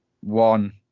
one